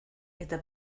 eta